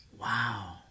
wow